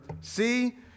See